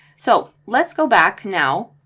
so let's go back now